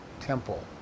temple